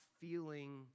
feeling